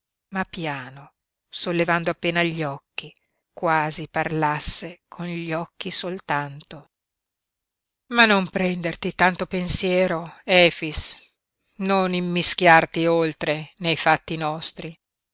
ma piano sollevando appena gli occhi quasi parlasse con gli occhi soltanto ma non prenderti tanto pensiero efix non immischiarti oltre nei fatti nostri